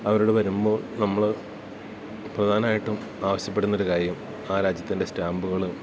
അവരിവിടെ വരുമ്പോൾ നമ്മള് പ്രധാനായിട്ടും ആവശ്യപ്പെടുന്നൊര് കാര്യം ആ രാജ്യത്തിൻ്റെ സ്റ്റാമ്പ്കള്